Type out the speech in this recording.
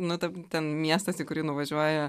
nu te ten miestas į kurį nuvažiuoja